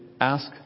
ask